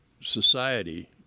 society